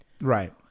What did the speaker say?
Right